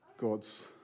God's